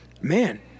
man